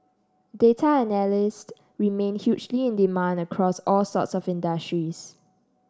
data analysts remain hugely in demand across all sorts of industries